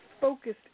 focused